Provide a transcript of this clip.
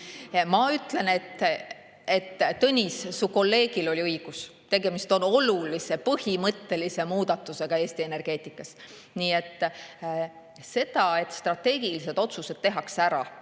Ma ütlen, Tõnis, et su kolleegil oli õigus. Tegemist on olulise põhimõttelise muudatusega Eesti energeetikas. See, et strateegilised otsused tehakse ära,